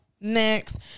Next